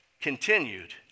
continued